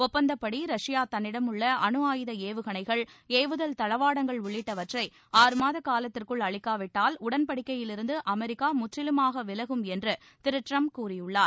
ஒப்பந்தப்படி Russia தன்னிடமுள்ள அனு உள்ளிட்டவற்றை ஆறு மாத காலத்திற்குள் அளிக்காவிட்டால் உடன்படிக்கையிலிருந்து அமெரிக்கா முற்றிலுமாக விலகும் என்று திரு டிரம்ப் கூறியுள்ளார்